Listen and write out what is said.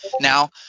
now